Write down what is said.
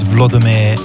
Vladimir